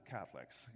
Catholics